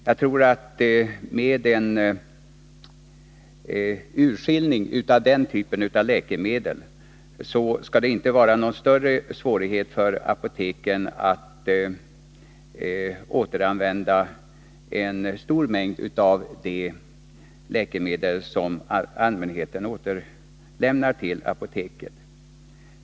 Jag tror att om man skiljer ut just den typen av läkemedel, skall det inte vara någon större svårighet för apoteken att återanvända en stor mängd av de läkemedel som allmänheten återlämnar.